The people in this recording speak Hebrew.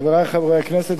חברי חברי הכנסת,